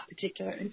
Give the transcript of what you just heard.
particular